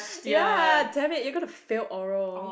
ya dammit you're going to fail oral